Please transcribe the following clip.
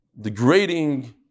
degrading